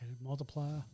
Multiply